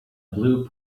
blue